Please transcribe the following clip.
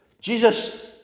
Jesus